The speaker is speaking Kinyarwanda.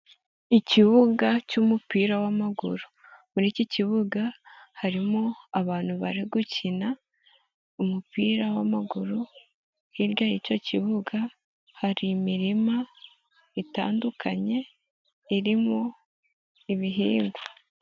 Ikibuga cy'umupira w'amaguru, muri iki kibuga harimo abantu bari gukina umupira w'amaguru, hirya y'icyo kibuga hari imirima itandukanye irimo ibihingwa.